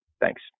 Thanks